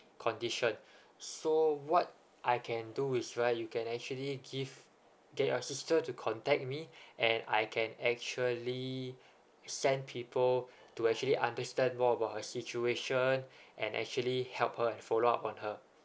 condition so what I can do is right you can actually give get your sister to contact me and I can actually send people to actually understand more about her situation and actually help her and follow up on her